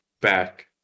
back